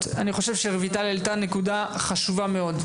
רויטל העלתה נקודה חשובה מאוד,